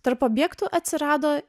tarp objektų atsirado